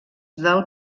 del